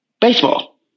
Baseball